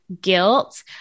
guilt